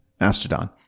Mastodon